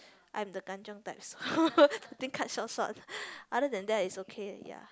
I'm the kanchiong type so think cut short short other than that is okay ya